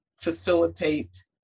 facilitate